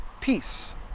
peace